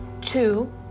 two